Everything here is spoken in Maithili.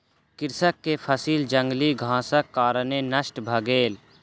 कृषक के फसिल जंगली घासक कारणेँ नष्ट भ गेल